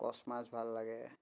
কচ মাছ ভাল লাগে